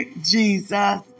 Jesus